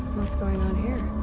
what's going on here?